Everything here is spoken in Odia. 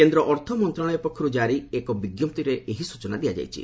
କେନ୍ଦ୍ର ଅର୍ଥ ମନ୍ତ୍ରଣାଳୟ ପକ୍ଷରୁ ଜାରୀ ଏକ ବିଞ୍ଜପ୍ତିରେ ଏହି ସ୍କଚନା ଦିଆଯାଇଛି